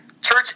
Church